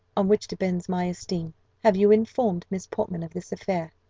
on which depends my esteem have you informed miss portman of this affair?